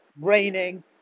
raining